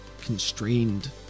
constrained